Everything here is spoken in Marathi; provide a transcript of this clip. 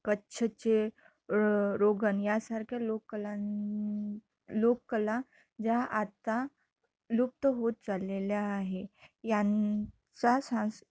कच्छचे रोगन यासारख्या लोककला लोककला ज्या आत्ता लुप्त होत चाललेल्या आहे यांचा सांस